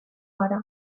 gara